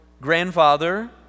Grandfather